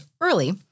early